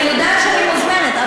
אני יודעת שאני מוזמנת,